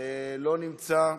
אינו נמצא.